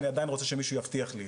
אני עדיין רוצה שמישהו יבטיח לי.